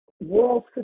world